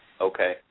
Okay